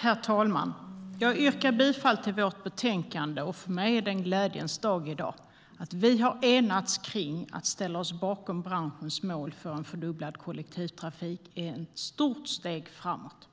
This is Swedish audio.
Herr talman! Jag yrkar bifall till förslagen i vårt betänkande. För mig är det en glädjens dag i dag. Att vi har enats om att ställa oss bakom branschens mål för fördubblad kollektivtrafik är ett stort steg framåt.